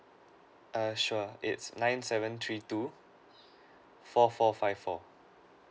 err sure it's nine seven three two four four five four